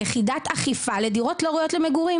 לבנות איזו שהיא יחידת אכיפה לדירות שהן לא ראויות למגורים.